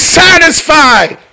satisfied